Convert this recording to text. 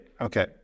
Okay